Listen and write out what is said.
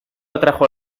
atrajo